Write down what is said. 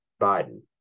Biden